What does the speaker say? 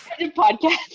Podcast